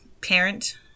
parent